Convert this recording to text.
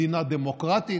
מדינה דמוקרטית,